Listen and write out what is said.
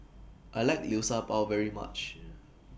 I like Liu Sha Bao very much